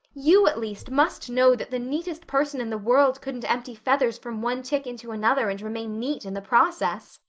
you, at least, must know that the neatest person in the world couldn't empty feathers from one tick into another and remain neat in the process.